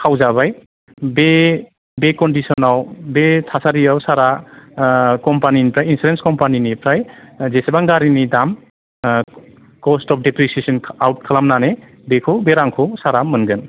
खावजाबाय बे बे कनडिसनाव बे थासारियाव सारआ कम्पानिनिफ्राय इन्सुरेन्स कम्पानिनिफ्राय जेसेबां गारिनि दाम कस्ट अप डिक्रिशिसन खालामनानै आउट खालामनानै बेखौ बे रांखौ सारया मोनगोन